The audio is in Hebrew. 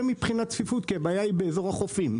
מבחינת צפיפות כי הבעיה היא באזור החופים.